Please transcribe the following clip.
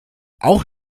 auch